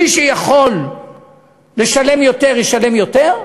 מי שיכול לשלם יותר, ישלם יותר,